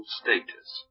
status